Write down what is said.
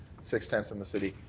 six tents in the city,